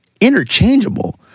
interchangeable